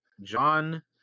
John